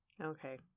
Okay